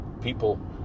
people